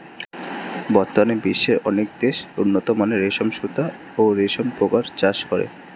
বর্তমানে বিশ্বের অনেক দেশ উন্নতমানের রেশম সুতা ও রেশম পোকার চাষ করে